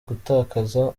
gutakaza